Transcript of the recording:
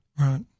Right